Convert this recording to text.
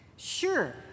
Sure